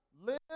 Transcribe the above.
live